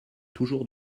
toujours